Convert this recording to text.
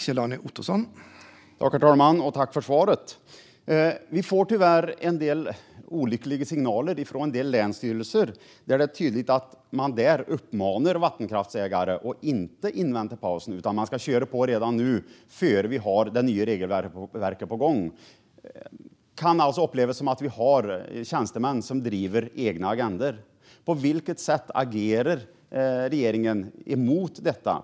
Herr talman! Tack, statsrådet, för svaret! Vi får tyvärr en del olyckliga signaler från vissa länsstyrelser. Det är tydligt att man där uppmanar vattenkraftsägare att inte invänta pausen utan köra på redan nu, innan vi har det nya regelverket på plats. Det kan upplevas som att vi har tjänstemän som driver egna agendor. På vilket sätt agerar regeringen emot detta?